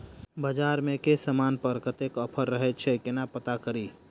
बजार मे केँ समान पर कत्ते ऑफर रहय छै केना पत्ता कड़ी?